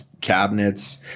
cabinets